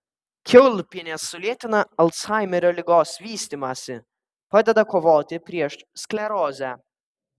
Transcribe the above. kiaulpienės sulėtina alzhaimerio ligos vystymąsi padeda kovoti prieš sklerozę